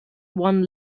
one